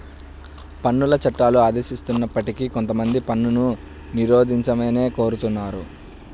పన్నుల చట్టాలు ఆదేశిస్తున్నప్పటికీ కొంతమంది పన్నును నిరోధించమనే కోరుతున్నారు